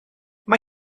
mae